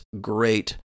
great